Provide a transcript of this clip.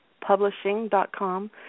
Publishing.com